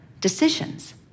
decisions